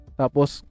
tapos